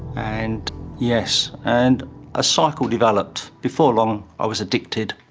and yes, and a cycle developed. before long i was addicted,